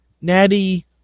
Natty